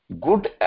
good